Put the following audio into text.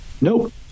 Nope